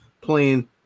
playing